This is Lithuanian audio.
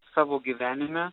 savo gyvenime